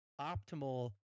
optimal